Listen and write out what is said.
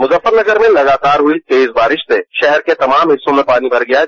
मुजफ्फरनगर में लगातार हुई तेज बारिश से शहर के तमाम हिस्सोंर में पानी भर गया है